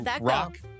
rock